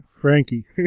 Frankie